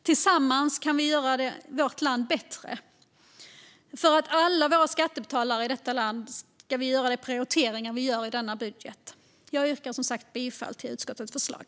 Tillsammans kan vi göra vårt land bättre. För alla våra skattebetalare i detta land gör vi de prioriteringar vi gör i denna budget. Jag yrkar som sagt bifall till utskottets förslag.